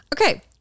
Okay